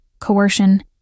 coercion